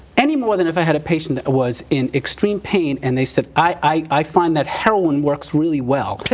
any more than if i had a patient that was in extreme pain and they said, i find that heroin works really well.